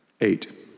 eight